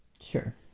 Sure